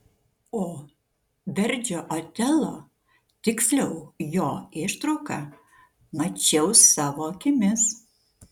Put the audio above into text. o verdžio otelo tiksliau jo ištrauką mačiau savo akimis